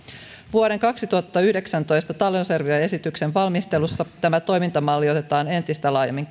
vuoden kaksituhattayhdeksäntoista talousarvioesityksen valmistelussa tämä toimintamalli otetaan entistä laajemmin